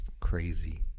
crazy